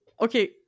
Okay